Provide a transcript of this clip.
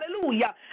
Hallelujah